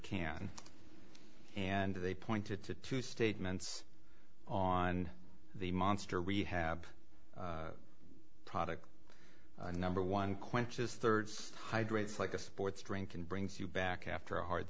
can and they pointed to two statements on the monster rehab product number one quenches thirds hydrates like a sports drink and brings you back after a hard